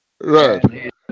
right